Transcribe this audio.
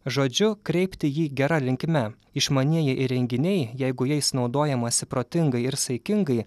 žodžiu kreipti jį gera linkme išmanieji įrenginiai jeigu jais naudojamasi protingai ir saikingai